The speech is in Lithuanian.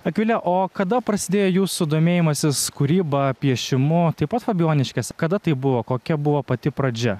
akvile o kada prasidėjo jūsų domėjimasis kūryba piešimo taip pat fabijoniškes kada tai buvo kokia buvo pati pradžia